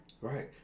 Right